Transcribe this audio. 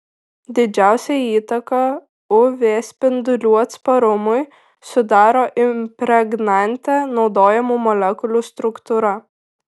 didžiausią įtaką uv spindulių atsparumui sudaro impregnante naudojamų molekulių struktūra